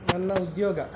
ನನ್ನ ಉದ್ಯೋಗ